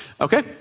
okay